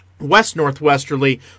west-northwesterly